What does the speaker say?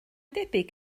debyg